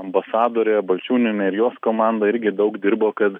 ambasadorė balčiūnienė ir jos komanda irgi daug dirbo kad